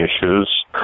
issues